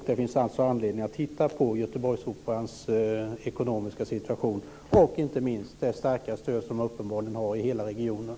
Det finns anledning att titta på Göteborgsoperans ekonomiska situation, och inte minst det starka stöd som den uppenbarligen har i hela regionen.